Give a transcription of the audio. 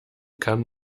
kann